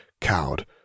cowed